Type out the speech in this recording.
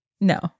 no